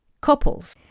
couples